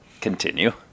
continue